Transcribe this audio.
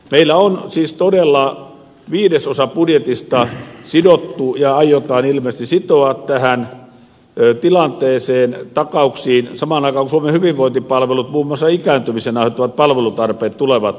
meillä on siis todella viidesosa budjetista sidottu ja aiotaan ilmeisesti sitoa näihin takauksiin samaan aikaan kun suomen hyvinvointipalvelut muun muassa ikääntymisen aiheuttamat palvelutarpeet tulevat kasvamaan